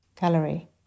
Gallery